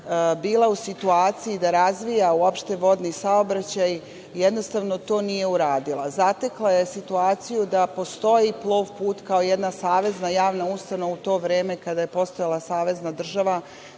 bila u situaciji da razvija uopšte vodni saobraćaj, jednostavno to nije uradila. Zatekla je situaciju da postoji Plov-put kao jedna savezna javna ustanova u to vreme kada je postojala savezna država,